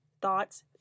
Thoughts